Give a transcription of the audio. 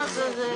אושר.